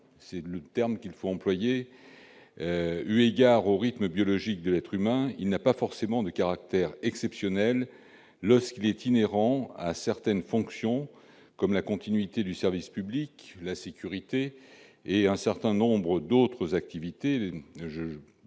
c'est le terme qu'il faut employer -, eu égard au rythme biologique de l'être humain, il n'a pas nécessairement de caractère exceptionnel. Il est inhérent à certaines fonctions, comme la continuité du service public, la sécurité et un certain nombre d'autres activités.